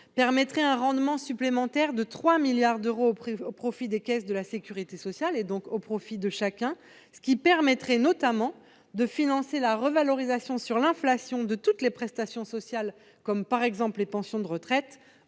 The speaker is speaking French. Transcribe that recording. créerait un rendement supplémentaire de 3 milliards d'euros au profit des caisses de la sécurité sociale, donc au profit de chacun, ce qui permettrait notamment de financer la revalorisation, à hauteur de l'inflation, de toutes les prestations sociales, comme les pensions de retraite